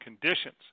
conditions